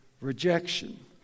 rejection